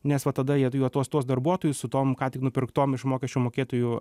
nes va tada jie su juo tuos tuos darbuotojus su tom ką tik nupirktom iš mokesčių mokėtojų